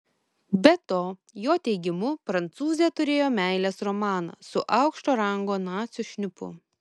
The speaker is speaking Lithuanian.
be to jo teigimu prancūzė turėjo meilės romaną su aukšto rango nacių šnipu